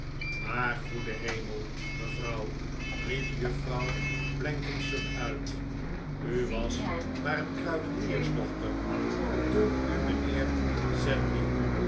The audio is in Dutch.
maar goeie hemel mevrouw riep juffrouw blenkinsop uit u was maar een kruideniersdochter toen u mijnheer